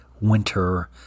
winter